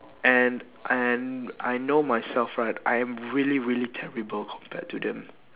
and and I know myself right I am really really terrible compared to them